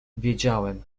wiedziałem